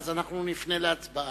ואז אנחנו נפנה להצבעה.